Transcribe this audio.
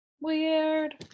Weird